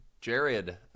Jared